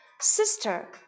Sister